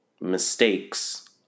mistakes